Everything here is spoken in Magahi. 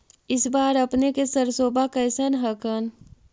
इस बार अपने के सरसोबा कैसन हकन?